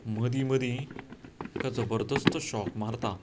मदीं मदीं ताचो जबरदस्त शॉक मारता